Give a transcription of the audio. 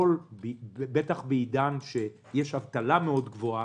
בטח בעידן שיש אבטלה מאוד גבוהה,